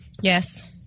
Yes